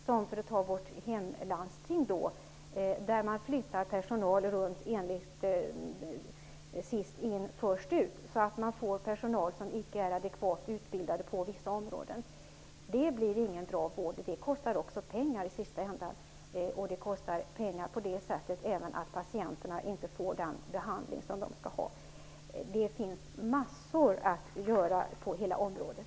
Ett exempel är vårt hemlandsting, där man flyttar personal runt enligt principen om sist in-först ut så att man får personal som icke är adekvat utbildad på vissa områden. Resultatet blir inte bra vård. Det kostar också pengar, även på det sättet att patienterna inte får den behandling som de skall ha. Det finns massor att göra på hela området.